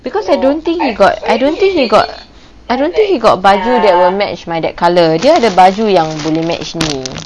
because I don't think he got I don't think he got I don't think he got baju that will match that colour dia ada baju yang boleh match ni